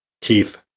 Keith